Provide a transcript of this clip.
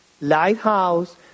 Lighthouse